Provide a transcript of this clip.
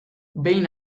behin